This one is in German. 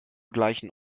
gleichen